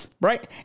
right